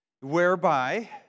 whereby